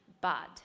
bad